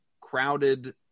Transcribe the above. crowded